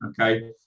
okay